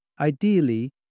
Ideally